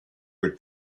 would